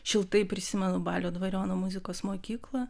šiltai prisimenu balio dvariono muzikos mokyklą